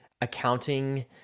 accounting